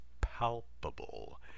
palpable